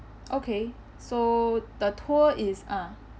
okay so the tour is ah